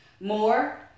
more